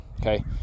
Okay